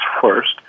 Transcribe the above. first